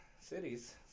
cities